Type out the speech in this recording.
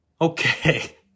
Okay